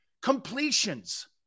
completions